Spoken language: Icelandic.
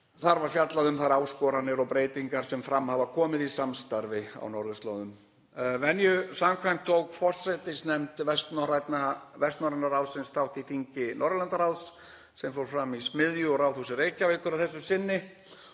Þar var fjallað um þær áskoranir og breytingar sem fram hafa komið í samstarfi á norðurslóðum. Venju samkvæmt tók forsætisnefnd Vestnorræna ráðsins þátt í þingi Norðurlandaráðs sem fór fram í Smiðju og Ráðhúsi Reykjavíkur að þessu sinni.